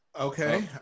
Okay